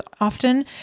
often